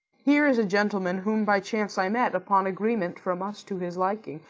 here is a gentleman whom by chance i met, upon agreement from us to his liking,